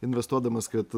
investuodamas kad